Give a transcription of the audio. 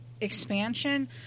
expansion